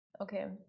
Okay